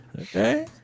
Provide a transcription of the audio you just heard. Okay